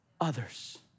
others